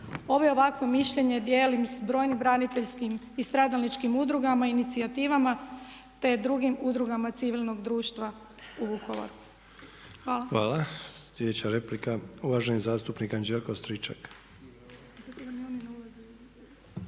Ovdje ovakvo mišljenje dijelim s brojnim braniteljskim i stradalačkim udrugama, inicijativama te drugim udrugama civilnih društva u Vukovaru. **Sanader, Ante (HDZ)** Hvala. Sljedeća replika, uvaženi zastupnik Anđelko Stričak.